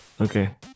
Okay